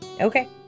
Okay